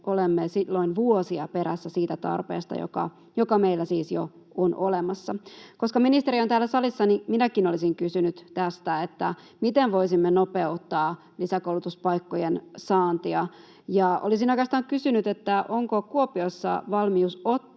Olemme silloin vuosia perässä siitä tarpeesta, joka meillä siis jo on olemassa. Koska ministeri on täällä salissa, niin minäkin olisin kysynyt: miten voisimme nopeuttaa lisäkoulutuspaikkojen saantia? Ja olisin oikeastaan kysynyt: Onko Kuopiossa valmius ottaa